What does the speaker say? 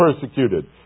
persecuted